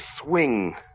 swing